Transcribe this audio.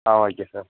ah okay sir